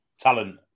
talent